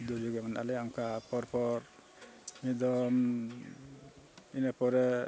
ᱫᱩᱨᱡᱳᱜᱽ ᱜᱮ ᱢᱮᱱᱟᱜ ᱞᱮᱭᱟ ᱚᱱᱠᱟ ᱯᱚᱨ ᱯᱚᱨ ᱱᱤᱛ ᱫᱚ ᱤᱱᱟᱹ ᱯᱚᱨᱮ